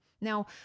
Now